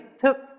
took